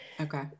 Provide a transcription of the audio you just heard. Okay